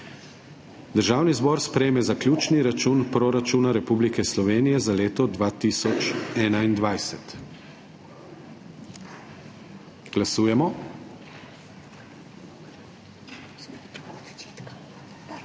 Državni zbor sprejme zaključni račun proračuna Republike Slovenije za leto 2021. Glasujemo.